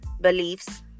beliefs